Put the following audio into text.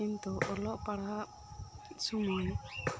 ᱠᱤᱱᱛᱩ ᱚᱞᱚᱜ ᱯᱟᱲᱦᱟᱜ ᱥᱚᱢᱚᱭ